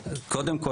כן,